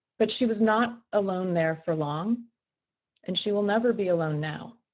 but she was not alone there for long and she will never be alone now.